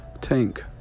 tank